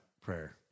prayer